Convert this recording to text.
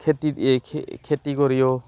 খেতিত এই খেতি কৰিও